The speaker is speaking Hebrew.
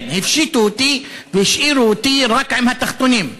כן, הפשיטו אותי, והשאירו אותי רק עם התחתונים.